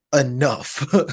enough